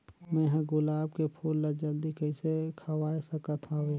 मैं ह गुलाब के फूल ला जल्दी कइसे खवाय सकथ हवे?